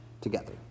together